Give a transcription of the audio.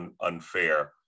unfair